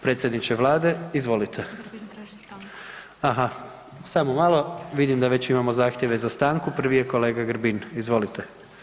Predsjedniče vlade izvolite [[Upadica iz klupe: Grbin traži stanku]] Aha, samo malo, vidim da već imamo zahtjeve za stanku, prvi je kolega Grbin, izvolite.